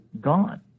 gone